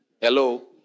Hello